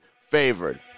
favored